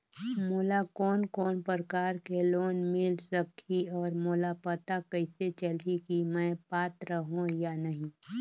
मोला कोन कोन प्रकार के लोन मिल सकही और मोला पता कइसे चलही की मैं पात्र हों या नहीं?